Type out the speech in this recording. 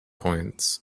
point